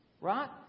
Right